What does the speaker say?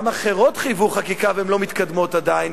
גם אחרות חייבו חקיקה והן לא מתקדמות עדיין,